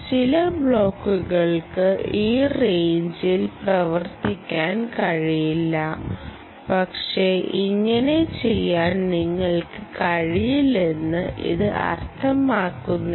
ചില ബ്ലോക്കുകൾക്ക് ഈ റെയിഞ്ചിൽ പ്രവർത്തിക്കാൻ കഴിയില്ല പക്ഷേ ഇങ്ങനെ ചെയ്യാൻ നിങ്ങൾക്ക് കഴിയില്ലെന്ന് ഇത് അർത്ഥമാക്കുന്നില്ല